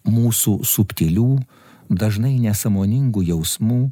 mūsų subtilių dažnai nesąmoningų jausmų